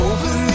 Open